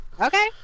Okay